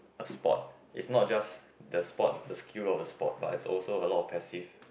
a sport is not just the sport the skill of the sport but is also a lot of passive